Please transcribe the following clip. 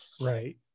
Right